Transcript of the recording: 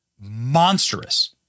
monstrous